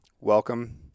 Welcome